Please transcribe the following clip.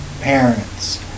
parents